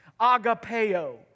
Agapeo